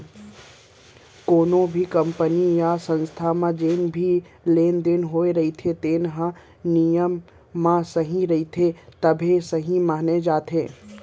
कोनो भी कंपनी य संस्था म जेन भी लेन देन होए रहिथे तेन ह नियम म सही रहिथे तभे सहीं माने जाथे